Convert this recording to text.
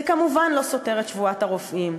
זה כמובן לא סותר את שבועת הרופאים,